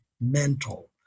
mental